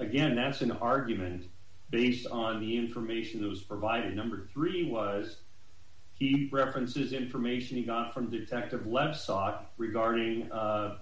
again that's an argument based on the information that was provided number three was he references information he got from detective left saw regarding